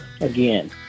again